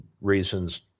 reasons